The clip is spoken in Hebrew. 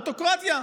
אוטוקרטיה.